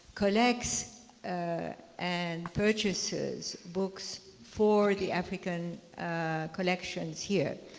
collects and purchases books for the african collections here.